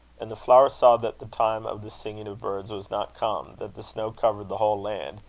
and the flower saw that the time of the singing of birds was not come, that the snow covered the whole land,